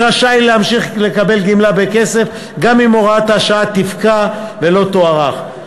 רשאי להמשיך לקבל גמלה בכסף גם אם הוראת השעה תפקע ולא תוארך.